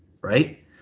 right